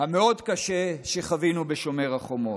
המאוד-קשה שחווינו בשומר החומות.